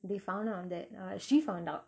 they found that uh she found out